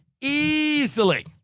easily